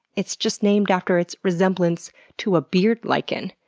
it's just named after its resemblance to a beard lichen,